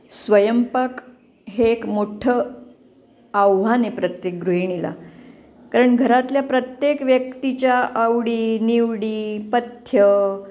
स्वयंपाक हे एक मोठं आव्हान आहे प्रत्येक गृहिणीला कारण घरातल्या प्रत्येक व्यक्तीच्या आवडी निवडी पथ्यं